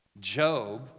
Job